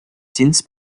since